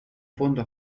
fondo